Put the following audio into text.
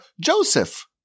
Joseph